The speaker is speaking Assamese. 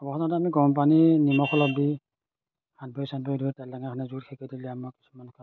আমি গৰম পানী নিমখ অলপ দি হাত ভৰি চাত ভৰি ধুই তেল টেঙা সানি জুইত সেকি দিলে আমাৰ কিছুমান